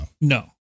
No